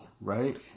right